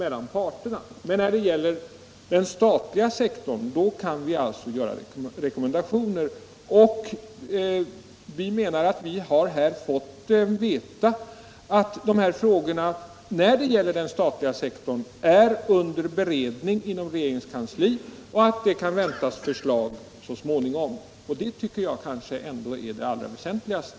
Men när det gäller den statliga sektorn kan vi alltså ge rekommendationer, och vi tror oss veta att de här frågorna — det gäller alltså den statliga sektorn — är under beredning i regeringens kansli och att förslag kan väntas så småningom. Det tycker jag är det väsentligaste.